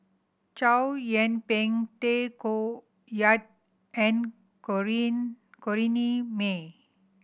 Chow Yian Ping Tay Koh Yat and Corrinne May